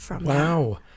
Wow